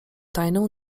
tajną